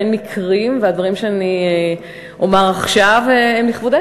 אין מקרים והדברים שאני אומר עכשיו הם לכבודך,